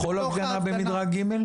בכל הפגנה במדרג ג'?